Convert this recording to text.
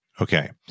Okay